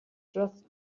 just